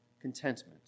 contentment